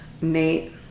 Nate